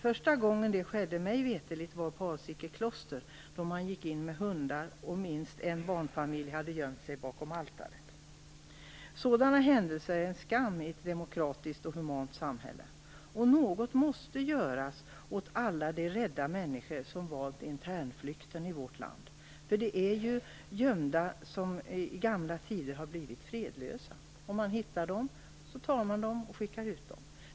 Första gången det mig veterligt skedde var på Alsike kloster, då man gick in med hundar, och minst en barnfamilj hade gömt sig bakom altaret. Sådana händelser är en skam i ett demokratiskt och humant samhälle. Något måste göras åt alla de rädda människor som valt internflykten i vårt land. Det är ju gömda som i gamla tider har blivit fredlösa. Om man hittar dem, tar man dem och skickar ut dem.